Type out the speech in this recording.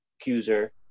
accuser